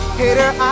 hater